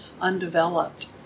undeveloped